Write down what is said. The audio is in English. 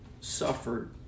suffered